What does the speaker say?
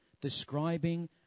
describing